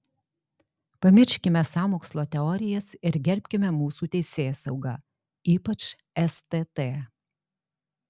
pamirškime sąmokslo teorijas ir gerbkime mūsų teisėsaugą ypač stt